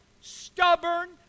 stubborn